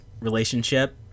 relationship